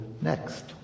next